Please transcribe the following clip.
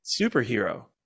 superhero